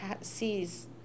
sees